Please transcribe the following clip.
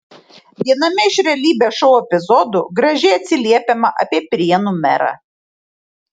viename iš realybės šou epizodų gražiai atsiliepiama apie prienų merą